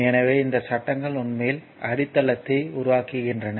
எனவே இந்த சட்டங்கள் உண்மையில் அடித்தளத்தை உருவாக்குகின்றன